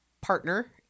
partner